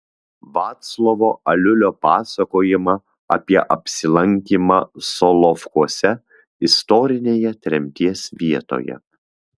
vaclovo aliulio pasakojimą apie apsilankymą solovkuose istorinėje tremties vietoje